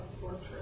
fortress